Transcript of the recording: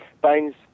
Baines